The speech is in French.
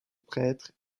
prêtre